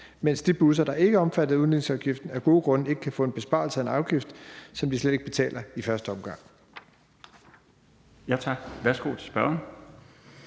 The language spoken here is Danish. mens de busser, der ikke er omfattet af udligningsafgiften, af gode grunde ikke kan få en besparelse af en afgift, som de slet ikke betaler i første omgang.